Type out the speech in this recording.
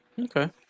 Okay